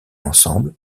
ensemble